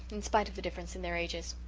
in spite of the difference in their ages.